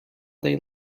they